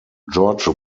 george